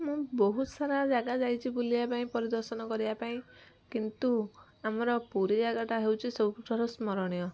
ମୁଁ ବହୁତ ସାରା ଜାଗା ଯାଇଛି ବୁଲିବା ପାଇଁ ପରିଦର୍ଶନ କରିବା ପାଇଁ କିନ୍ତୁ ଆମର ପୁରୀ ଜାଗାଟା ହେଉଛି ସବୁଠାରୁ ସ୍ମରଣୀୟ